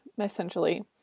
essentially